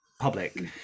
public